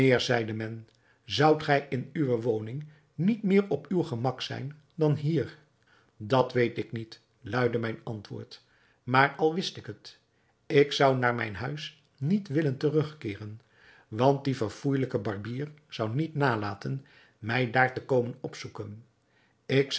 zeide men zoudt gij in uwe woning niet meer op uw gemak zijn dan hier dat weet ik niet luidde mijn antwoord maar al wist ik het ik zou naar mijn huis niet willen terugkeeren want die verfoeijelijke barbier zou niet nalaten mij daar te komen opzoeken ik